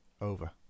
over